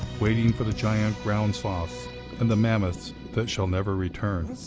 waiting for the giant ground sloths and the mammoths that shall never return.